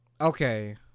Okay